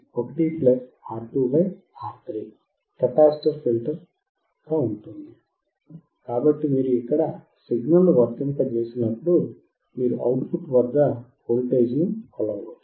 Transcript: capacitor filter గా ఉంటుంది కాబట్టి మీరు ఇక్కడ సిగ్నల్ను వర్తింపజేసినప్పుడు మీరు అవుట్ పుట్ వద్ద వోల్టేజ్ను కొలవవచ్చు